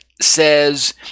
says